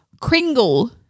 Kringle